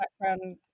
background